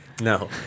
No